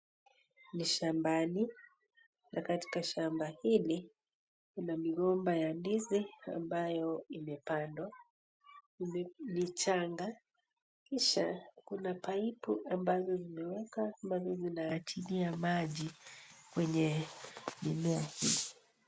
Ni shambani. Katika shamba hili, kuna migomba ya ndizi ambayo imepandwa. Ni changa kisha kuna paipu ambazo zimewekwa ambazo zinaachilia maji kwenye mimea hii.